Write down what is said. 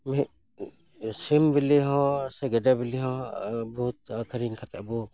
ᱢᱤᱫ ᱥᱤᱢ ᱵᱤᱞᱤ ᱦᱚᱸ ᱥᱮ ᱜᱮᱰᱮ ᱵᱤᱞᱤ ᱦᱚᱸ ᱵᱚᱦᱩᱛ ᱟᱹᱠᱷᱨᱤᱧ ᱠᱟᱛᱮᱜ ᱵᱚ